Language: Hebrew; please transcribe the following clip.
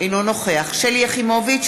אינו נוכח שלי יחימוביץ,